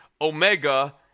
Omega